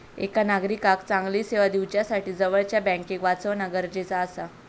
एका नागरिकाक चांगली सेवा दिवच्यासाठी जवळच्या बँकेक वाचवणा गरजेचा आसा